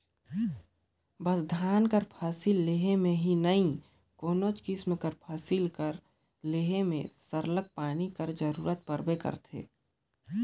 बस धान कर फसिल लेहे में ही नई कोनोच किसिम कर फसिल कर लेहे में सरलग पानी कर जरूरत परबे करथे